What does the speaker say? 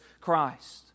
Christ